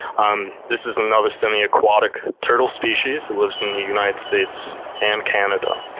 um this is another semi-aquatic turtle species. it lives in the united states and canada.